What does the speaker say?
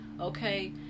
okay